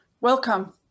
Welcome